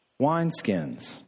wineskins